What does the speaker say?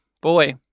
boy